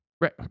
Right